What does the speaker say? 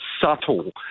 subtle